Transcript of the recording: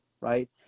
right